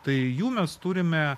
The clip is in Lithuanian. tai jų mes turime